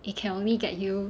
it can only get you